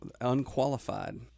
unqualified